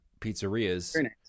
pizzerias